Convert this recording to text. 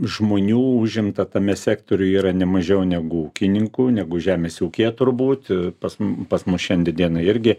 žmonių užimta tame sektoriuje yra nemažiau negu ūkininkų negu žemės ūkyje turbūt pas mus pas mus šiandien dienai irgi